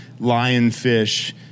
lionfish